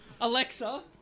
Alexa